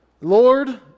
Lord